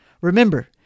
Remember